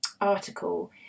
article